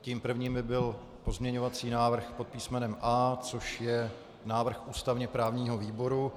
Tím prvním by byl pozměňovací návrh pod písmenem A, což je návrh ústavněprávního výboru.